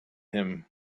him